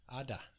Ada